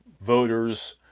voters